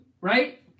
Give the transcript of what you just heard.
right